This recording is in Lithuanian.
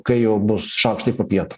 kai jau bus šaukštai popiet